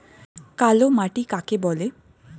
কালো মাটি কাকে বলে?